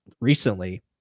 recently